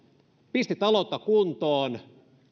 pisti taloutta kuntoon